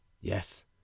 Yes